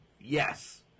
yes